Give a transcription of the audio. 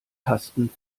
tasten